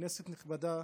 כנסת נכבדה,